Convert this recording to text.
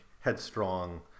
headstrong